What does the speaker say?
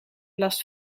last